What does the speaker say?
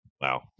wow